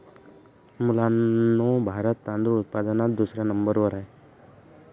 मुलांनो भारत तांदूळ उत्पादनात दुसऱ्या नंबर वर आहे